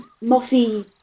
mossy